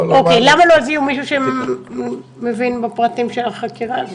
למה לא הביאו מישהו שמבין בפרטים של החקירה הזאת?